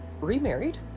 remarried